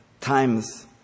times